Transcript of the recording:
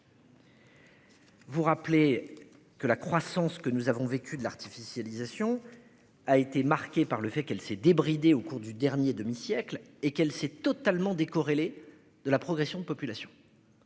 Vous rappelez que la croissance que nous avons vécu deux l'artificialisation. A été marquée par le fait qu'elle s'est débridé au cours du dernier demi-siècle et qu'elle s'est totalement décorrélées de la progression de population.